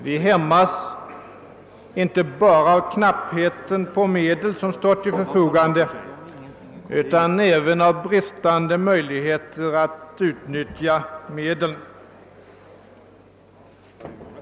Vi hämmas inte bara av knappheten på medel utan även av bristande möjligheter att utnyttja medlen.